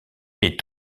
est